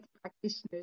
practitioners